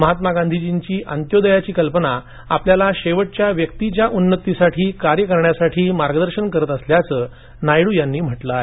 महात्मा गांधींची अंत्योदयांची कल्पना आपल्याला शेवटच्या व्यक्तीच्या उन्नतीसाठी कार्य करण्यास मार्गदर्शन करत असल्याच नायडू यांनी म्हटलं आहे